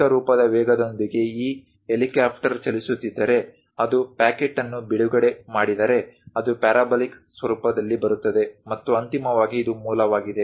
ಏಕರೂಪದ ವೇಗದೊಂದಿಗೆ ಈ ಹೆಲಿಕಾಪ್ಟರ್ ಚಲಿಸುತ್ತಿದ್ದರೆ ಅದು ಪ್ಯಾಕೆಟ್ ಅನ್ನು ಬಿಡುಗಡೆ ಮಾಡಿದರೆ ಅದು ಪ್ಯಾರಾಬೋಲಿಕ್ ಸ್ವರೂಪದಲ್ಲಿ ಬರುತ್ತದೆ ಮತ್ತು ಅಂತಿಮವಾಗಿ ಇದು ಮೂಲವಾಗಿದೆ